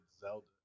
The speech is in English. Zelda